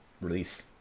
release